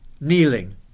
kneeling